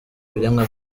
ibiremwa